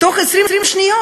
בתוך 20 שניות?